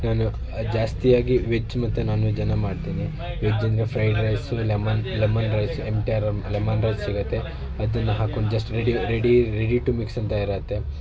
ನಾನು ಜಾಸ್ತಿಯಾಗಿ ವೆಜ್ ಮತ್ತು ನಾನ್ ವೆಜನ್ನು ಮಾಡ್ತೀನಿ ವೆಜ್ ಅಂದರೆ fried rice lemon lemon rice M T R ಲೆಮ್ ಲೆಮನ್ ರೈಸ್ ಸಿಗುತ್ತೆ ಅದನ್ನು ಹಾಕೊಂಡು just ready ready ready to mix ಅಂತ ಇರುತ್ತೆ